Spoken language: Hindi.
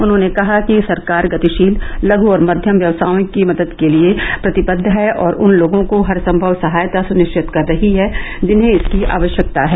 उन्होंने कहा कि सरकार गतिशील लघ् और मध्यम व्यवसायों की मदद के लिए प्रतिबद्ध है और उन लोगों को हर संमव सहायता सुनिश्चित कर रही है जिन्हें इसकी आवश्यकता है